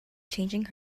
changing